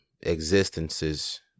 existences